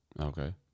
Okay